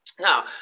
Now